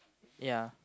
ya